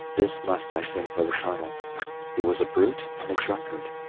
this must i say for the colonel he was a brute and a drunkard,